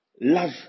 Love